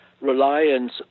reliance